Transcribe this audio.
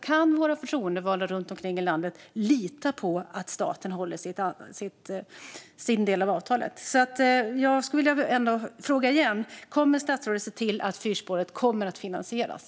Kan förtroendevalda runt om i landet lita på att staten håller sin del av avtalet? Jag vill ställa min fråga igen: Kommer statsrådet att se till att fyrspåret finansieras?